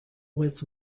was